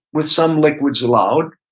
with some liquids allowed.